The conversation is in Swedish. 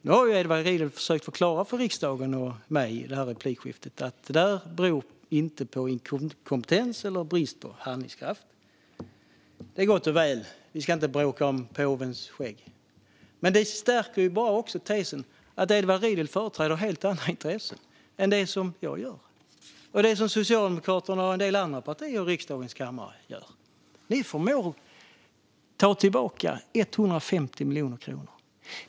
Nu har Edward Riedl försökt förklara för riksdagen och mig i det här replikskiftet att detta inte beror på inkompetens eller brist på handlingskraft. Det är gott och väl - vi ska inte bråka om påvens skägg. Men det stärker bara tesen att Edward Riedl företräder helt andra intressen än vad jag och Socialdemokraterna och en del andra partier i riksdagens kammare gör. Ni förmår att ta tillbaka 150 miljoner kronor.